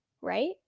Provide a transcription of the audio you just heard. right